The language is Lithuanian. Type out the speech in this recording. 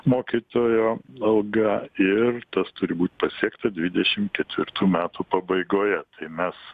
mokytojo alga ir tas turi būt pasiekta dvidešim ketvirtų metų pabaigoje tai mes